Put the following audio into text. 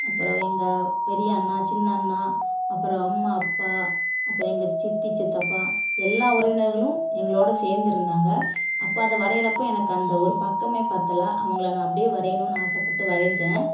அப்புறம் எங்கள் பெரிய அண்ணா சின்ன அண்ணா அப்புறம் அம்மா அப்பா அப்புறம் எங்கள் சித்தி சித்தப்பா எல்லா உறவினர்களும் எங்களோட சேர்ந்து இருந்தாங்க அப்போது அதை வரைகிறப்போ எனக்கு அந்த ஒரு பக்கமே பத்தலை அவங்களை நான் அப்படியே வரையணும்னு ஆசைப்பட்டு வரைஞ்சேன்